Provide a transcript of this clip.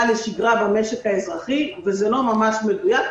לשגרה במשק האזרחי וזה לא ממש מדויק.